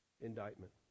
indictment